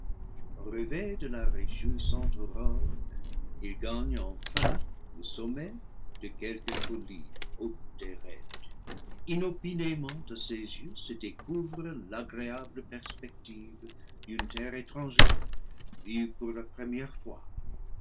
réveil de la réjouissante aurore il gagne enfin le sommet de quelque colline haute et raide inopinément à ses yeux se découvre l'agréable perspective d'une terre étrangère vue pour la première fois